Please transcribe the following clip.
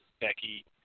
Becky